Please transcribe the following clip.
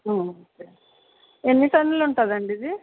ఎన్ని టన్నులు ఉంటుంది అండి ఇది